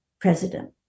president